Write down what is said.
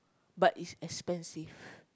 but is expensive